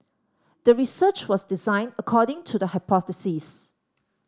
the research was designed according to the hypothesis